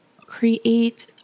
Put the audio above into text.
create